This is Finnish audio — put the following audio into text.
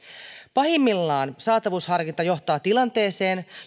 pahimmillaan saatavuusharkinta johtaa tilanteeseen